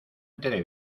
entere